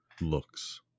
looks